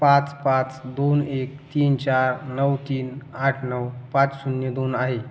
पाच पाच दोन एक तीन चार नऊ तीन आठ नऊ पाच शून्य दोन आहे